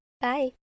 Bye